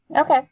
Okay